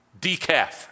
decaf